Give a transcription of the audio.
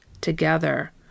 together